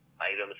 Items